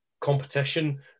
competition